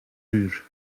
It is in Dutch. uur